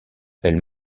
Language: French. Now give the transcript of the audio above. elle